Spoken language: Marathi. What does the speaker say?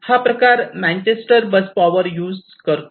हा प्रकार मॅंचेस्टर बस पावर युज करतो